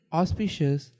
auspicious